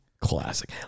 classic